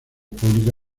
pública